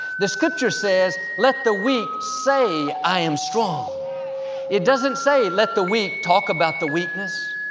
the scripture says, let the weak say, i am strong it doesn't say, let the weak talk about the weakness.